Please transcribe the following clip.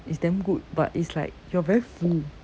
it's damn good but it's like you are very full